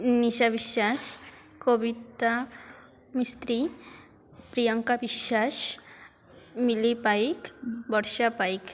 Nisha Biswas Kabita Mistry Priyanka Biswas Mili Paik Barsha Paika